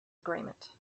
agreement